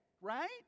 right